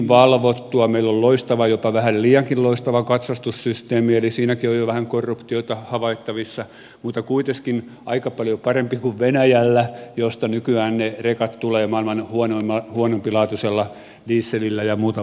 meillä on loistava jopa vähän liiankin loistava katsastussysteemi eli siinäkin on jo vähän korruptiota havaittavissa mutta kuiteskin aika paljon parempi kuin venäjällä josta nykyään ne rekat tulevat maailman huonolaatuisimmalla dieselillä ja muulla vastaavalla